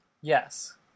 Yes